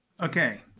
Okay